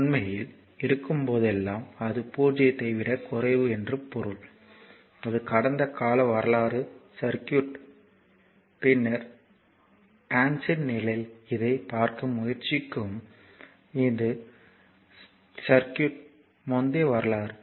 உண்மையில் எடுக்கும் போதெல்லாம் அது 0 ஐ விடக் குறைவு என்று பொருள் இது கடந்த கால வரலாறு சர்க்யூட் பின்னர் ட்ரான்சியின்ட் நிலையில் இதைப் பார்க்க முயற்சிக்கும் இது சுற்றுக்கு முந்தைய வரலாறு